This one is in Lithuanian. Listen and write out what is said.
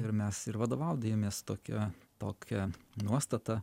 ir mes ir vadovaujamės tokia tokia nuostata